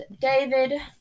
David